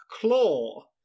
Claw